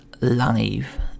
live